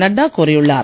நட்டா கூறியுள்ளார்